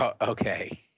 Okay